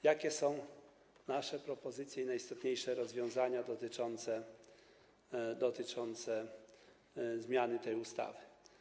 Jakie są nasze propozycje i najistotniejsze rozwiązania dotyczące zmiany tej ustawy?